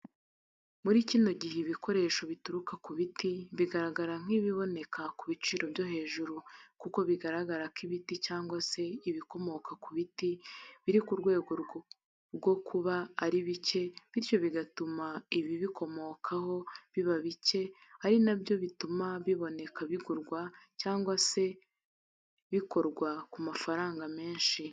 Mu ri kino gihe ibikoresho bituruka ku biti bigaragara nkibiboneka ku biciro byo hejuru kuko bigaragarako ibiti cyangwa se ibikomoka ku biti biri ku rwego rwo kuba ari bike bityo bigatuma ibibikomoka ho biba bike ari nabyo bituma biboneka bigurwa cyangwase bikorerwa ku mafaranga menshi.